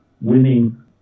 Winning